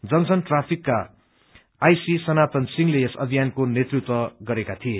junction ट्राफिकका आईसी सनातन सिंहले यस अभियानको नेतृत्व गरेका थिए